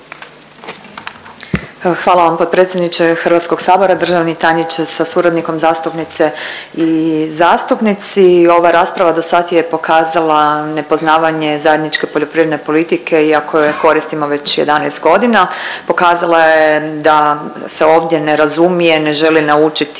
Hvala vam potpredsjedniče HS, državni tajniče sa suradnikom, zastupnice i zastupnici, ova rasprava dosad je pokazala nepoznavanje Zajedničke poljoprivredne politike. Iako je koristimo već 11.g. pokazala je da se ovdje ne razumije, ne želi naučiti,